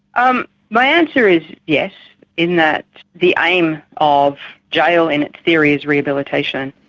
um my answer is yes in that the aim of jail in its theory is rehabilitation.